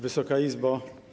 Wysoka Izbo!